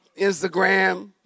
Instagram